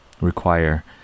require